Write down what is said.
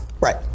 Right